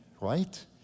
right